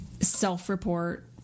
self-report